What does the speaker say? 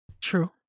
True